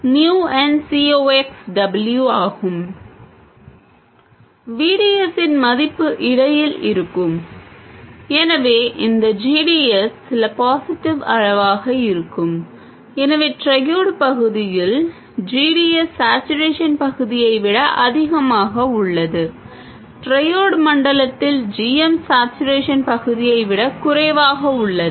V D S இன் மதிப்பு இடையில் இருக்கும் எனவே இந்த g d s சில பாசிடிவ் அளவாக இருக்கும் எனவே ட்ரையோட் பகுதியில் g d s சேட்சுரேஷன் பகுதியை விட அதிகமாக உள்ளது ட்ரையோட் மண்டலத்தில் g m சேட்சுரேஷன் பகுதியை விட குறைவாக உள்ளது